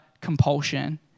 compulsion